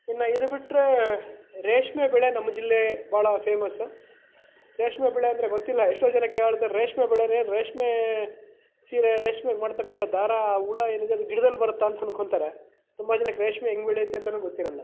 ಇನ್ನು ಇದು ಬಿಟ್ಟರೆ ರೇಷ್ಮೆ ಬೆಳೆ ನಮ್ಮ ಜಿಲ್ಲೆ ಬಹಳ ಫೇಮಸ್ಸು ರೇಷ್ಮೆ ಬೆಳೆ ಅಂದರೆ ಗೊತ್ತಿಲ್ಲ ಎಷ್ಟೋ ಜನ ಕೇಳ್ತಾರೆ ರೇಷ್ಮೆ ಬೆಳೆನೆ ರೇಷ್ಮೆ ಸೀರೆ ರೇಷ್ಮೆ ಮಾಡಿರತಕ್ಕಂಥ ದಾರ ಹುಳ ಏನಿದೆ ಅದು ಗಿಡದಲ್ಲಿ ಬರುತ್ತೆ ಅಂತ ಅಂದ್ಕೋತಾರೆ ತುಂಬ ಜನಕ್ಕೆ ರೇಷ್ಮೆ ಹೆಂಗೆ ಬೆಳಿಯುತ್ತೆ ಅಂತಲೂ ಗೊತ್ತಿರಲ್ಲ